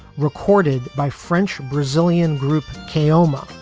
recorded by french brazilian group kalma,